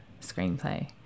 screenplay